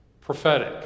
Prophetic